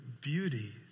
beauty